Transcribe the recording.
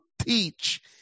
teach